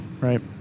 Right